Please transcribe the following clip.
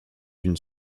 une